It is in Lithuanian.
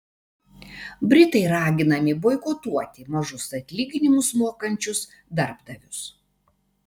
britai raginami boikotuoti mažus atlyginimus mokančius darbdavius